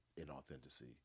inauthenticity